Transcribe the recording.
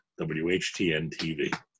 WHTN-TV